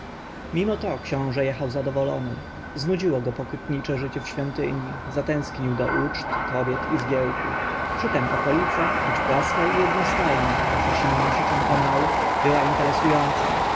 mimo to książę jechał zadowolony znudziło go pokutnicze życie w świątyni zatęsknił do uczt kobiet i zgiełku przytem okolica choć płaska i jednostajnie poprzecinana siecią kanałów była interesująca